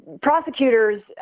prosecutors